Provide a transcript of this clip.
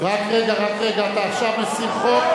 למה ההצגה הזאת?